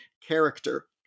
character